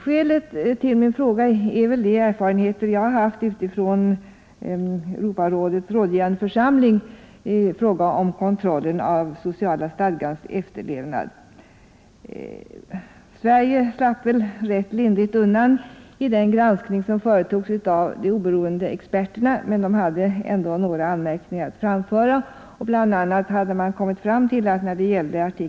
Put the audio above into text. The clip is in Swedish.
Skälet till min interpellation är främst de erfarenheter jag har utifrån Europarådets rådgivande församling i fråga om kontrollen av den sociala stadgans efterlevnad. Sverige slapp rätt lindrigt undan vid den granskning som gjordes av de oberoende experterna, men de hade ändå några anmärkningar att framföra. När det gällde Art.